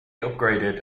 upgraded